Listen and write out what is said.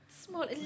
small